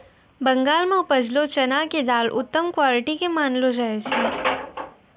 बंगाल मॅ उपजलो चना के दाल उत्तम क्वालिटी के मानलो जाय छै